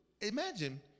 Imagine